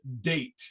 date